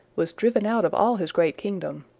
was driven out of all his great kingdom,